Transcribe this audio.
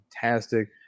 fantastic